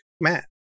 Matt